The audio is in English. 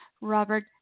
Robert